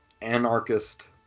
anarchist